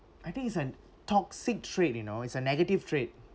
I think it's an toxic trait you know it's a negative trait